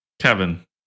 Kevin